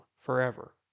forever